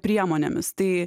priemonėmis tai